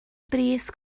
bris